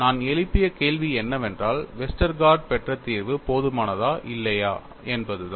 நான் எழுப்பிய கேள்வி என்னவென்றால் வெஸ்டர்கார்ட் பெற்ற தீர்வு போதுமானதா இல்லையா என்பதுதான்